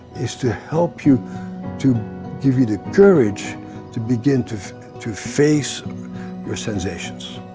is to help you to give you the courage to begin to to face your sensations.